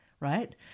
right